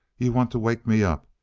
you want to wake me up.